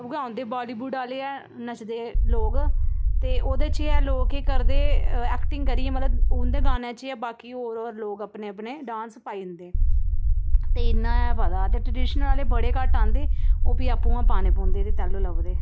उ'यै औंदे बालीबुड आह्ले गै नच्चदे लोग ते ओह्दे च एह् ऐ लोग केह् करदे ऐक्टिंग करियै मतलब उं'दे गाने च बाकी होर होर लोग अपने अपने डांस पाई जंदे ते इन्ना पता ऐ ते ट्रडेशनल आह्ले बड़े घट्ट आंदे ओह् फ्ही आपूं गै पाने पौंदे ते तेल्लू लभदे